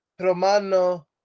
Romano